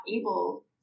able